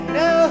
no